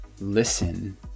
listen